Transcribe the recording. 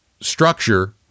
structure—